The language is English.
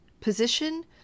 position